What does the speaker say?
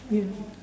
ya